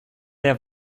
der